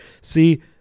See